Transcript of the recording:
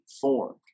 formed